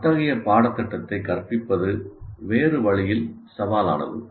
அத்தகைய பாடத்திட்டத்தை கற்பிப்பது வேறு வழியில் சவாலானது